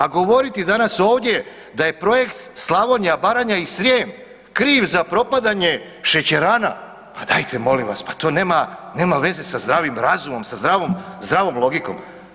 A govoriti danas ovdje da je Projekt „Slavonija, Baranja i Srijem“ kriv za propadanje šećerana, pa dajte molim vas pa to nema veze sa zdravim razumom, sa zdravom logikom.